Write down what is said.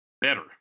better